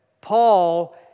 Paul